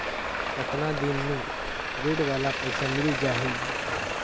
कतना दिन मे ऋण वाला पइसा मिल जाहि?